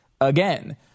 again